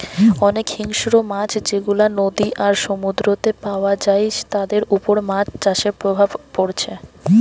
অনেক হিংস্র মাছ যেগুলা নদী আর সমুদ্রেতে পায়া যায় তাদের উপর মাছ চাষের প্রভাব পড়ছে